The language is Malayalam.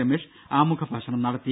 രമേശ് ആമുഖ ഭാഷണം നടത്തി